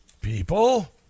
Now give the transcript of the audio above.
people